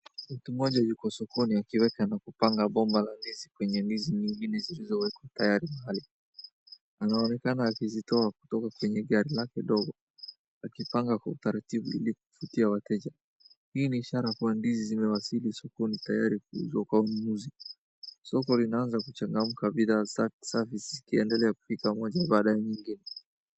Mtu mmoja yuko sokoni akiweka na kupanga bomba la ndizi kwenye ndizi nyingine zilizowekwa tayari pale. Anaonekana akizitoa kutoka kwenye gari lake ndogo, akipanga kwa utaratibu ili kuvutia wateja. Hii ni ishara kuwa ndizi zimewasili sokoni tayari kuuzwa kwa mnunuzi. Soko linaanza kuchangamka bidhaa safi zikifika moja baada ya nyingine.